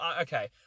okay